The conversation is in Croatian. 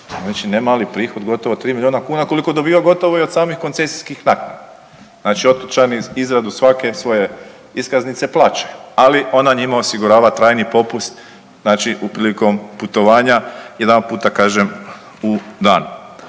znači ne mali prihod, gotovo 3 miliona kuna koliko dobiva gotovo i od samih koncesijskih naknada. Znači otočani izradu svake svoje iskaznice plaćaju, ali ona njima osigurava trajni popust znači prilikom putovanja, jedan puta kažem u danu.